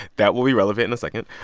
that will be relevant in a second.